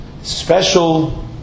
special